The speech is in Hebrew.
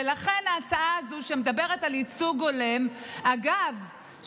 ולכן, ההצעה הזו שמדברת על ייצוג הולם, אגב,